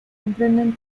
comprenden